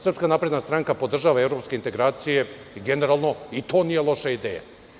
Srpska napredna stranka podržava evropske integracije i generalno i to nije loša ideja.